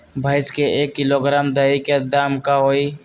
भैस के एक किलोग्राम दही के दाम का होई?